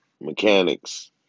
Mechanics